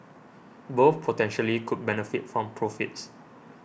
both potentially could benefit from profits